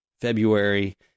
February